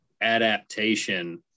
adaptation